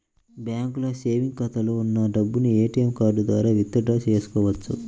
బ్యాంకులో సేవెంగ్స్ ఖాతాలో ఉన్న డబ్బును ఏటీఎం కార్డు ద్వారా విత్ డ్రా చేసుకోవచ్చు